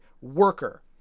worker